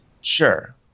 Sure